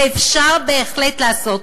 ואפשר בהחלט לעשות.